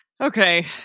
Okay